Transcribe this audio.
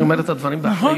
אני אומר את הדברים באחריות.